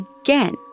again